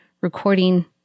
recording